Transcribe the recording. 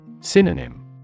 Synonym